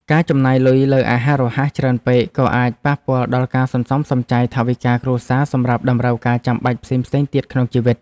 ការចំណាយលុយលើអាហាររហ័សច្រើនពេកក៏អាចប៉ះពាល់ដល់ការសន្សំសំចៃថវិកាគ្រួសារសម្រាប់តម្រូវការចាំបាច់ផ្សេងៗទៀតក្នុងជីវិត។